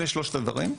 אלה שלושת הדברים.